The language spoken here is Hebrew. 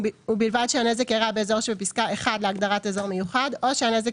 ובלבד שהנזק אירע באזור שבפסקה (1) להגדרת "אזור מיוחד" או שהנזק